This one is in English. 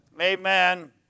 Amen